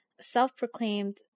self-proclaimed